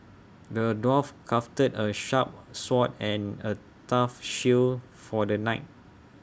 the dwarf crafted A sharp sword and A tough shield for the knight